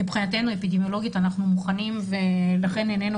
מבחינתנו האפידמיולוגית אנחנו מוכנים ולכן נענינו